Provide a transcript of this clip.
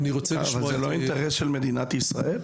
אבל זה לא אינטרס של מדינת ישראל?